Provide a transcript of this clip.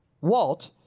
Walt